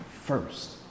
first